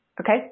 okay